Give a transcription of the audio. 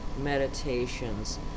meditations